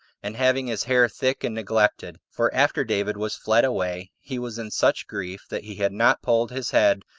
and having his hair thick and neglected for after david was fled away, he was in such grief that he had not polled his head,